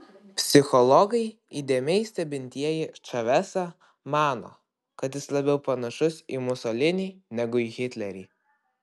psichologai įdėmiai stebintieji čavesą mano kad jis labiau panašus į musolinį negu į hitlerį